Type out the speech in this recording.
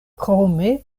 krome